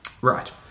Right